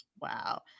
wow